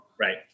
Right